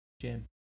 Jim